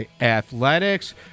athletics